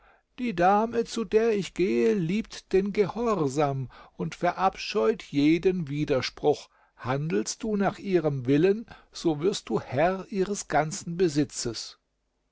die dame zu der ich gehe liebt den gehorsam und verabscheut jeden widerspruch handelst du nach ihrem willen so wirst du herr ihres ganzen besitzes